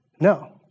No